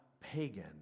pagan